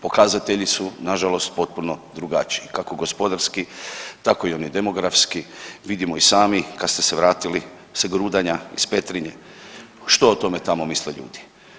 Pokazatelji su nažalost potpuno drugačiji, kako gospodarski, tako i oni demografski, vidimo i sami, kad ste se vratili sa grudanja iz Petrinje što o tome tamo misle ljudi.